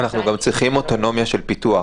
אנחנו גם צריכים אוטונומיה של פיתוח.